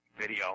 video